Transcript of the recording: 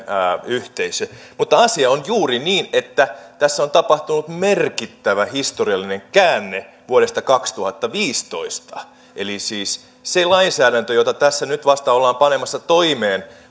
yhteisö mutta asia on juuri niin että tässä on tapahtunut merkittävä historiallinen käänne vuodesta kaksituhattaviisitoista eli siis se lainsäädäntö jota tässä nyt vasta ollaan panemassa toimeen